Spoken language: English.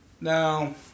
Now